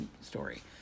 story